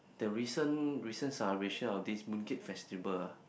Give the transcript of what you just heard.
the recent recent celebration of this Mooncake Festival ah